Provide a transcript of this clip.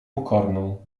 pokorną